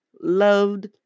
loved